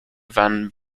van